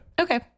Okay